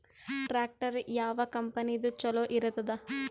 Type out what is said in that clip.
Tractor ಯಾವ ಕಂಪನಿದು ಚಲೋ ಇರತದ?